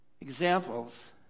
examples